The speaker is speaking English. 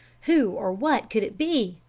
who or what could it be?